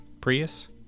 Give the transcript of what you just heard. Prius